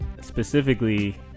Specifically